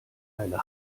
eine